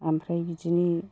आमफ्राय बिदिनो